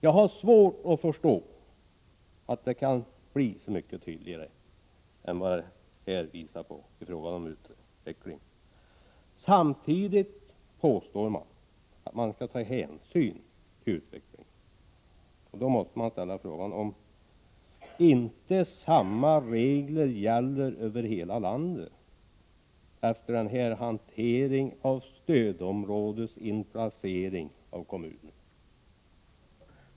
Jag har svårt att förstå att det skulle kunna bli så mycket tydligare än vad jag här har visat Utskottet påstår att man skall ta hänsyn till utvecklingen. Då måste jag fråga om man inte har samma regler över hela landet — efter den här hanteringen av stödområdesinplaceringen av kommuner.